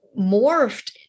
morphed